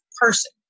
person